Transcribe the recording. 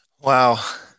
wow